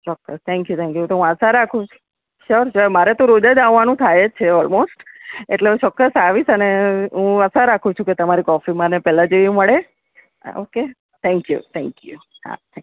ચોક્કસ thank you thank you તો હું આશા રાખું સર અ મારે તો રોજ જ આવવાનું થાય જ છે ઓલમોસ્ટ એટલે હું ચોક્કસ આવીશ અને હું આશા રાખું છું કે તમારી કોફી મને પહેલાં જેવી મળે હાં okay thank you thank you હા